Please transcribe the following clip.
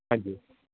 ਹਾਂਜੀ